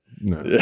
no